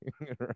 right